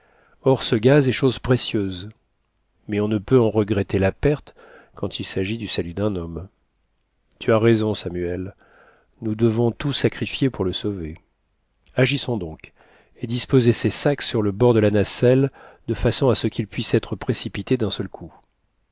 or ce gaz est chose précieuse mais on ne peut en regretter la perte quand il s'agit du salut d'un homme tu as raison samuel nous devons tout sacrifier pour le sauver agissons donc et disposez ces sacs sur le bord de la nacelle de façon à ce qu'ils puissent être précipités d'un seul coup